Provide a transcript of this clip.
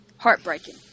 heartbreaking